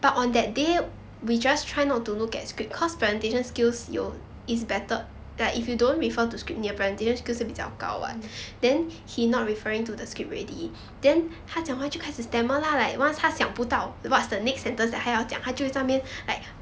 mm